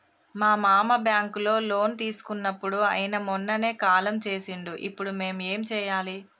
మా మామ బ్యాంక్ లో లోన్ తీసుకున్నడు అయిన మొన్ననే కాలం చేసిండు ఇప్పుడు మేం ఏం చేయాలి?